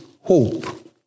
hope